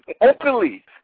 openly